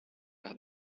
par